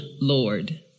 Lord